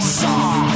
saw